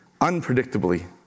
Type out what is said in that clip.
unpredictably